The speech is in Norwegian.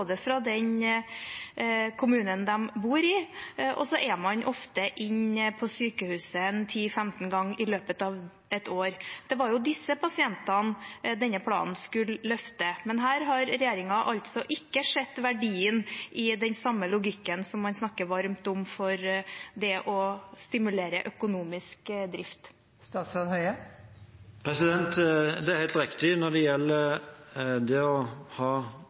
fra den kommunen de bor i, og at man ofte er inne på sykehuset 10–15 ganger i løpet av et år. Det var jo disse pasientene denne planen skulle løfte, men her har regjeringen altså ikke sett verdien i den samme logikken som man snakker varmt om, for å stimulere økonomisk drift. Det er helt riktig at når det gjelder det å ha